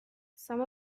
some